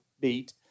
beat